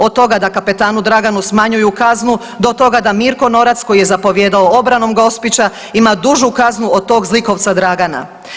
Od toga da kapetanu Draganu smanjuju kaznu, do toga da Mirko Norac koji je zapovijedao obranom Gospića ima dužu kaznu od tog zlikovca Dragana.